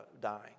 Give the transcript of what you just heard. dying